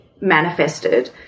manifested